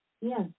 Yes